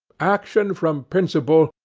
action from principle,